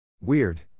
weird